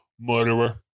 Murderer